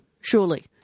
Surely